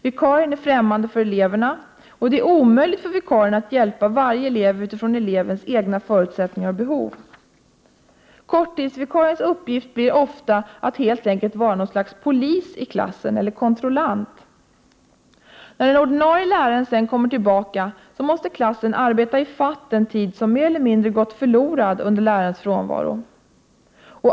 Vikarien är främmande för eleverna, och det är omöjligt för vikarien att hjälpa varje elev utifrån elevens egna förutsättningar och behov. Korttidsvikariens uppgift blir ofta att helt enkelt agera något slags polis eller kontrollant i klassen. När den ordinarie läraren sedan kommer tillbaka måste klassen arbeta ifatt den tid som mer eller mindre gått förlorad under lärarens frånvaro.